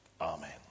Amen